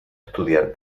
estudiar